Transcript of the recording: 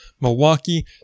Milwaukee